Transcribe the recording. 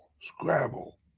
scrabble